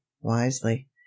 wisely